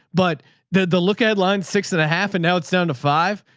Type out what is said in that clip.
but the, the look headline six and a half, and now it's down to five.